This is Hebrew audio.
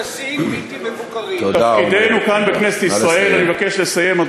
לרמטכ"ל ולראש אכ"א לבטל את הפקודה שמקפיאה ואוסרת הכנסת ספרי תורה